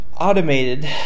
automated